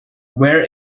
where